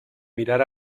mirar